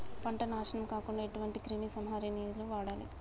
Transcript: పంట నాశనం కాకుండా ఎటువంటి క్రిమి సంహారిణిలు వాడాలి?